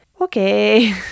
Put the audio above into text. okay